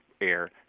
air